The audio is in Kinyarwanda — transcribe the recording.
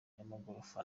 y’amagorofa